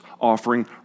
offering